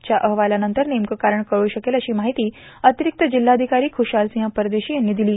च्या अहवालानंतर नेमके कारण कळू शकेल अशी माहिती अतिरिक्त जिल्हाधिकारी ख्रशालसिंह परदेशी यांनी दिली